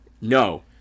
No